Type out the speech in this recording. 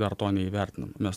dar to neįvertinam mes